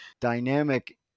dynamic